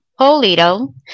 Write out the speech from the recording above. Polito